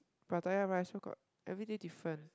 Pattaya rice also got every day different